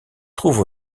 trouve